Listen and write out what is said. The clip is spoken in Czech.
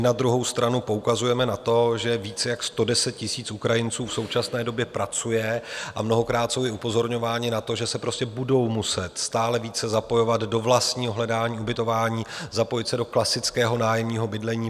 Na druhou stranu poukazujeme na to, že více jak 110 000 Ukrajinců v současné době pracuje, a mnohokrát jsou i upozorňováni na to, že se prostě budou muset stále více zapojovat do vlastního hledání ubytování, zapojit se do klasického nájemního bydlení.